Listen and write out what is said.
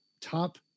top